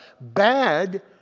bad